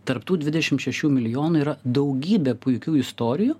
tarp tų dvidešim šešių milijonų yra daugybė puikių istorijų